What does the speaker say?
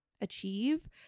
achieve